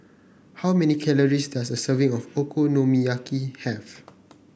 how many calories does a serving of Okonomiyaki have